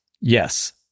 Yes